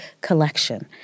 collection